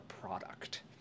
product